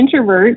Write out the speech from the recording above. introverts